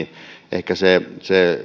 ehkä se